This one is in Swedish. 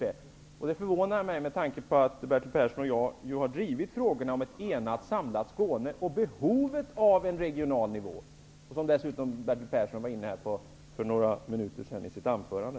Det förvånar mig med tanke på att Bertil Persson och jag ju har drivit frågorna om ett enat, samlat Skåne och understrukit behovet av en regional nivå, vilket Bertil Persson var inne på för några minuter sedan i sitt anförande.